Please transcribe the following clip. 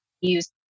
use